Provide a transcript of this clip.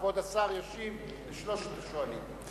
כבוד השר ישיב לשלושת השואלים.